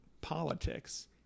politics